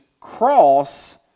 cross